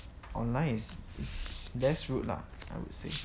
online is is less rude lah I would say